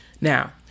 Now